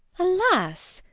alas!